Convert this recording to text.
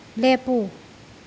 ꯂꯦꯞꯄꯨ